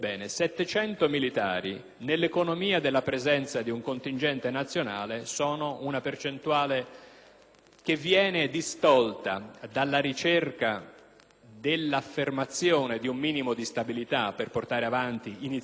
che viene distolta dalla ricerca dell'affermazione di un minimo di stabilità per portare avanti iniziative di tipo economico, sociale e culturale, quindi pienamente politico destinandola alla cosiddetta guerra alla droga.